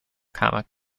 comic